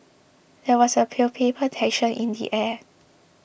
there was a palpable tension in the air